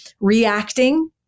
reacting